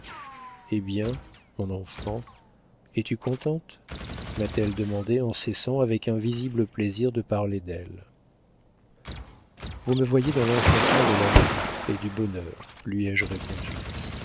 eh bien mon enfant es-tu contente m'a-t-elle demandé en cessant avec un visible plaisir de parler d'elle vous me voyez dans l'enchantement de l'amour et du bonheur lui ai-je répondu